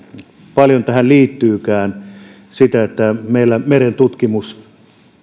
paljon tähän liittyykään sitä että meillä merentutkimus